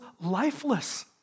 lifeless